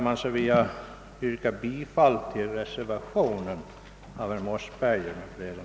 Med det anförda vill jag yrka bifall till reservationen 5 av herr Mossberger m.fl.